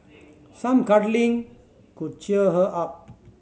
some cuddling could cheer her up